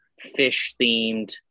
fish-themed